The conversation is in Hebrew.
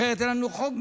אחרת אין לנו חוק,